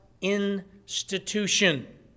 institution